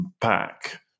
back